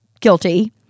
guilty